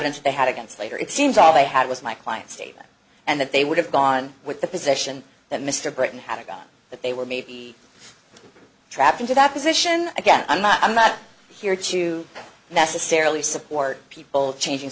evidence they had against later it seems all they had was my client's data and that they would have gone with the position that mr burton had a god that they were maybe trapped into that position again i'm not i'm not here to necessarily support people of changing